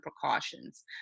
precautions